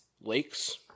Lakes